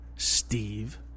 Steve